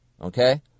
Okay